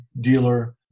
dealer